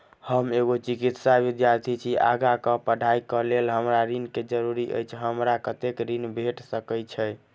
हम एगो चिकित्सा विद्यार्थी छी, आगा कऽ पढ़ाई कऽ लेल हमरा ऋण केँ जरूरी अछि, हमरा कत्तेक ऋण भेट सकय छई?